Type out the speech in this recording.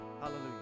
Hallelujah